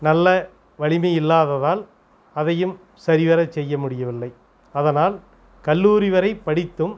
நல்ல வலிமை இல்லாததால் அதையும் சரிவர செய்ய முடியவில்லை அதனால் கல்லூரி வரைப் படித்தும்